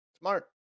Smart